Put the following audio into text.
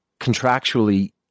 contractually